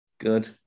Good